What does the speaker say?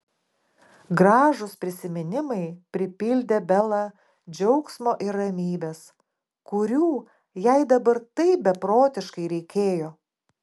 gražūs prisiminimai pripildė belą džiaugsmo ir ramybės kurių jai dabar taip beprotiškai reikėjo